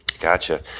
Gotcha